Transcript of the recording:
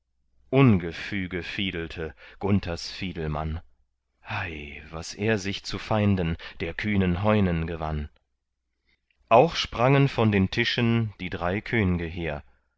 ungefüge fiedelte gunthers fiedelmann hei was er sich zu feinden der kühnen heunen gewann auch sprangen von den tischen die drei könge hehr